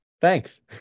Thanks